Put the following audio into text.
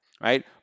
Right